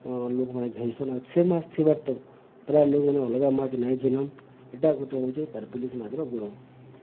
ଲୋକ୍ମାନେ ଘିନ୍ସନ୍ ଆର୍ ସେ ମାଛ୍ ଥିବାର୍ତକ୍ ପ୍ରାୟ ଲୋକ୍ମାନେ ଅଲ୍ଗା ମାଛ ନାଇ ଘିିନନ୍ ଇଟା ଗୁଟେ ହଉଛେ କାର୍ପିଲିସ୍ ମାଛ୍ର ଗୁଣ